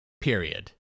period